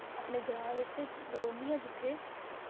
अपने ग्रांऽ बिच रौह्न्नी आं जित्थै